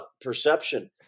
perception